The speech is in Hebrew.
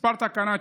מספר תקנה: